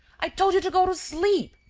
i told you to go to sleep.